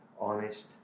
honest